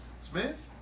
Smith